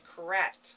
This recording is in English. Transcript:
correct